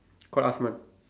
call Asman